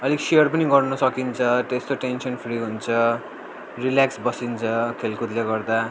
अलिक सेयर पनि गर्न सकिन्छ त्यस्तो टेन्सन फ्री हुन्छ रिलेक्स बसिन्छ खेलकुदले गर्दा